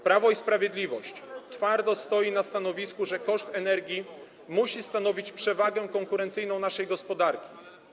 Prawo i Sprawiedliwość twardo stoi na stanowisku, że koszt energii musi stanowić przewagę konkurencyjną naszej gospodarki.